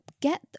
get